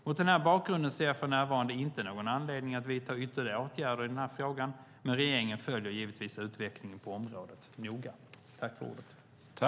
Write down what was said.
Mot den här bakgrunden ser jag för närvarande inte någon anledning att vidta ytterligare åtgärder i den här frågan men regeringen följer givetvis utvecklingen på området noga.